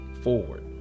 forward